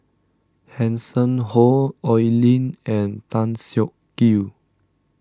Hanson Ho Oi Lin and Tan Siak Kew